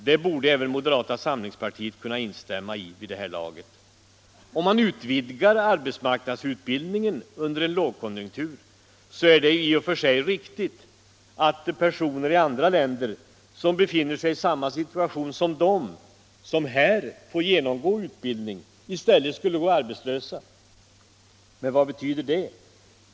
Det borde även moderata samlingspartiet kunna instämma i vid det här laget. Om man utvidgar arbetsmarknadsutbildningen under en lågkonjunktur så är det i och för sig riktigt att personer i andra länder som befinner sig i samma situation som de som här får genomgå utbildning i stället går arbetslösa. Men vad betyder det?